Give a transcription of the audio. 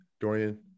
Dorian